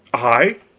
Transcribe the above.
i?